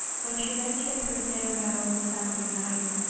when she mentioned her farewell of sunday night,